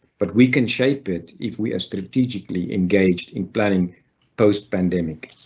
but we can shape it if we are strategically engaged in planning post pandemic.